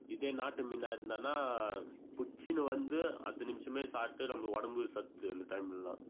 இதே நாட்டு மீனாக இருந்தான்னால் பிடிச்சுனு வந்து அடுத்த நிமிஷமே சாப்பிட்டு நம்ம உடம்புக்கு சத்து அந்த டைம்லெல்லாம்